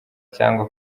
cyangwa